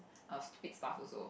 a stupid stuff also